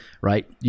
right